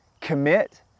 Commit